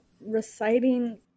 reciting